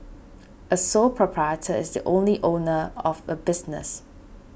a sole proprietor is the only owner of a business